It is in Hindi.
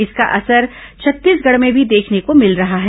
इसका असर छत्तीसगढ़ में भी देखने को मिल रहा है